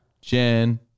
Jen